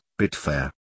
Bitfair